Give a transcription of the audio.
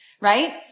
right